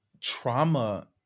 trauma